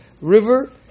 river